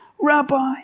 rabbi